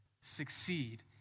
succeed